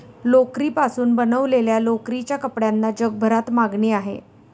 लोकरीपासून बनवलेल्या लोकरीच्या कपड्यांना जगभरात मागणी आहे